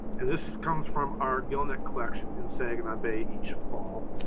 and this comes from our gillnet collection in saginaw bay each fall.